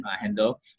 handle